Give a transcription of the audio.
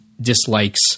dislikes –